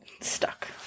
stuck